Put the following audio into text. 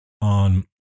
on